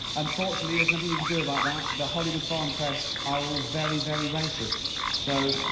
unfortunately, there's nothing we can do about that. the hollywood foreign press are all very, very racist so.